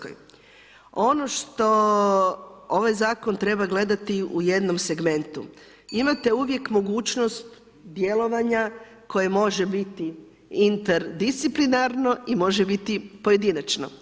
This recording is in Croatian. Ono što ovaj Zakon treba gledati u jednom segmentu, imate uvijek mogućnost djelovanja koje može biti interdisciplinarno i može biti pojedinačno.